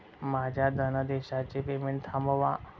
माझ्या धनादेशाचे पेमेंट थांबवा